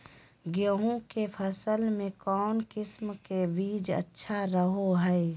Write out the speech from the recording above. गेहूँ के फसल में कौन किसम के बीज अच्छा रहो हय?